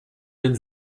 den